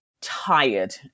tired